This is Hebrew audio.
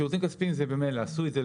שירותים כספיים, זה ממילא עשוי.